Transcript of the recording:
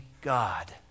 God